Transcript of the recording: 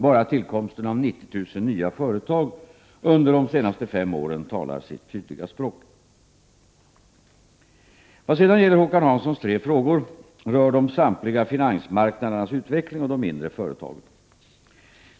Bara tillkomsten av 90 000 nya företag under de senaste fem åren talar sitt tydliga språk. Vad sedan gäller Håkan Hanssons tre frågor, rör de samtliga finansmarknadernas utveckling och de mindre företagen.